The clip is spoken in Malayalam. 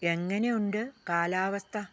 എങ്ങനെ ഉണ്ട് കാലാവസ്ഥ